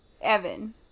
Evan